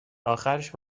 آخرش